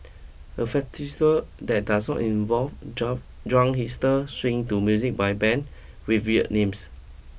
a that does not involve jump drunk hipsters swaying to music by band with weird names